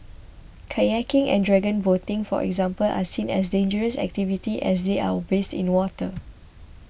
kayaking and dragon boating for example are seen as dangerous activities as they are based in water